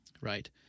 right